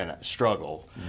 struggle